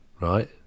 right